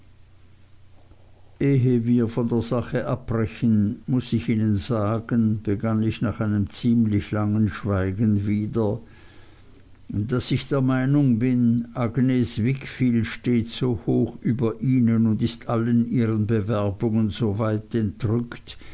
wir von der sache abbrechen muß ich ihnen sagen begann ich nach einem ziemlich langen schweigen wieder daß ich der meinung bin agnes wickfield steht so hoch über ihnen und ist allen ihren bewerbungen so weit entrückt